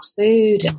food